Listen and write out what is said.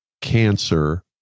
cancer